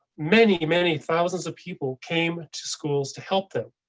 many, many thousands of people came to schools to help them.